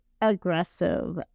aggressive